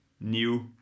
new